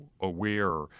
aware